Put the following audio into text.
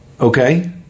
Okay